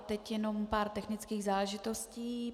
Teď jenom pár technických záležitostí.